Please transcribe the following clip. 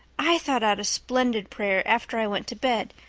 i thought out a splendid prayer after i went to bed,